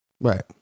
Right